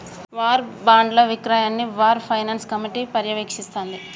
war బాండ్ల విక్రయాన్ని war finance committee పర్యవేక్షిస్తాంది